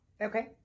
Okay